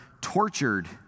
tortured